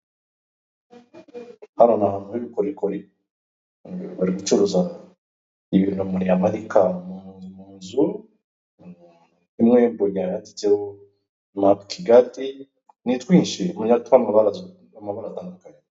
Hano n'ahantu h'ubukorikori, bari gucuruza ibintu umuntu yamanika munzu, bimwe mbonye ahanditseho map kigali, ni twinshi dufite amabara atandukanye